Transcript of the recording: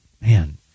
man